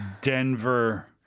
Denver